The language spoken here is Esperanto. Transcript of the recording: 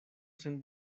sen